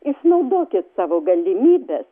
išnaudokit savo galimybes